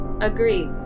Agreed